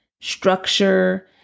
structure